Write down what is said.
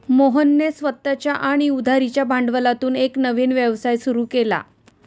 मोहनने स्वतःच्या आणि उधारीच्या भांडवलातून एक नवीन व्यवसाय सुरू केला